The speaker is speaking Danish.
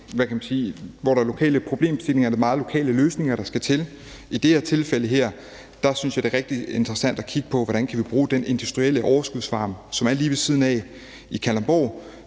til de lokale problemstillinger. I det her tilfælde synes jeg, det er rigtig interessant at kigge på, hvordan vi kan bruge den industrielle overskudsvarme, som er lige ved siden af i Kalundborg,